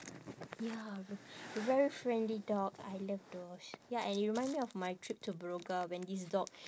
ya very friendly dog I love those ya and it remind me of my trip to broga when this dog